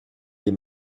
les